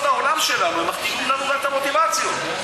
העולם שלנו מכתיבות לנו את המוטיבציה.